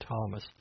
Thomas